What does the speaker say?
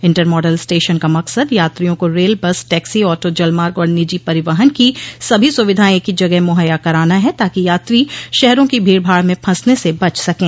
inter model station का मकसद यात्रियों को रेल बस टैक्सी ऑटो जलमार्ग और निजी परिवहन की सभी सुविधाएं एक ही जगह मुहैया कराना है ताकि यात्री शहरों की भीड़ भाड में फंसने से बच सकें